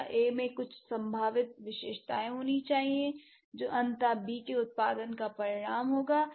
दूसरा ए में कुछ संभावित विशेषताएं होनी चाहिए जो अंततः बी के उत्पादन का परिणाम होगा